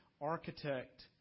architect